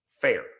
Fair